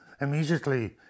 immediately